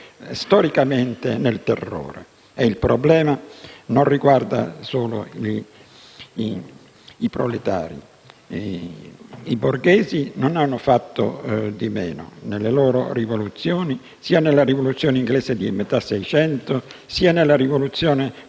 storicamente nel terrore. E il problema non riguarda solo i proletari: i borghesi non hanno fatto di meno nelle loro rivoluzioni. La rivoluzione inglese di metà Seicento e la Rivoluzione